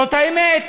זאת האמת.